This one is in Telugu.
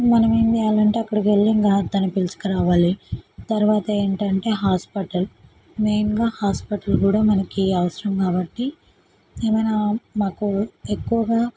మనము ఏం చేయాలంటే అక్కడికి వెళ్ళి ఇంకా తనని పిలుచుకురావాలి తరువాత ఏంటంటే హాస్పిటల్ మెయిన్గా హాస్పిటల్ కూడా మనకి అవసరం కాబట్టి ఏమైనా మాకు ఎక్కువగా